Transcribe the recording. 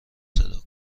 صدا